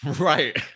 right